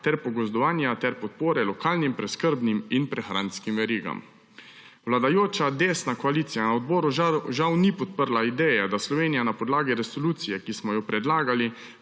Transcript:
ter pogozdovanja ter podpore lokalnih preskrbnim in prehranskim verigam. Vladajoča desna koalicija na odboru žal ni podprla ideje, da Slovenija na podlagi resolucije, ki smo jo predlagali,